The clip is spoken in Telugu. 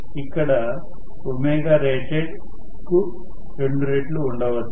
ఇక్కడ ఒమేగా రేటెడ్rated కు రెండు రెట్లు ఉండవచ్చు